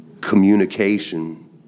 communication